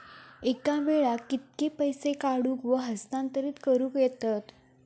एका वेळाक कित्के पैसे काढूक व हस्तांतरित करूक येतत?